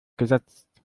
gesetzt